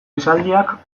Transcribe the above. esaldiak